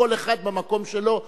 כל אחד במקום שלו,